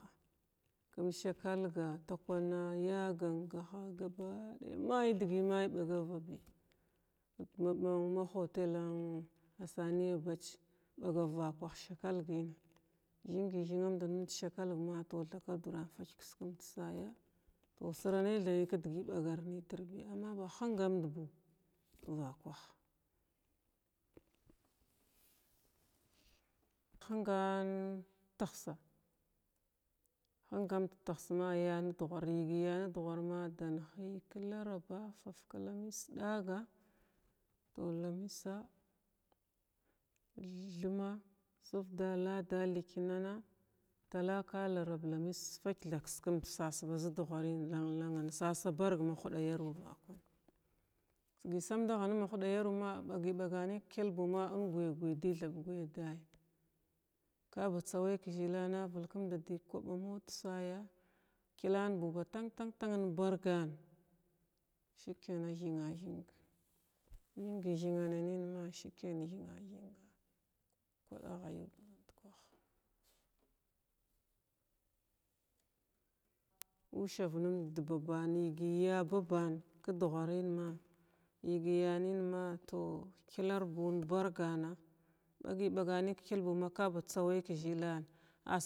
Kum sakalga takwana ya gangha may na dəgəy ɓagavaɓi gabadaya may dəgəy may ɓabavabi ma man ma hotel an sani abatch ɓagav- vakwah sakalgən thingi thinmand numd ka sakalg ma tow thakaduran fək kiskumd saya tow sirax nay tha nay kə dəgəy ɓagar nətirbi ama ba həngamd buu vakwah həngan tahsa həngamd tahsma ya nadughwar yigəy ya nadghwar ma danhi ka laraba far ka lamis ɗaga tow lmisa, thumma, suvda, ladda, ləknina, talaka, larab, lamis fək tha kaskumd sasa baza dughwarən langan sasa barg ma yaruwa da samdaha numd mahuɗa yaru ma bagi baga nin ka kilbuu ma ingya gyə di thb gya dayya kaba tsaway ka zəlana vəlkumdadəy kwaɓa mut saya killan buu ba tan tan tan in bargan sikayna thina thinga thingi thinananən ma sikayna thina thinga da babanən yigəy ya baban ka dughwarən ma yijəyy ya nən ma tow klar buu in bargan bagya baganən kil buu kaba tsavay ka zəlan asg.